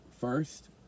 first